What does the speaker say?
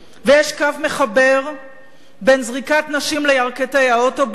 ויש קו מחבר בין זריקת נשים לירכתי האוטובוס,